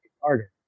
harder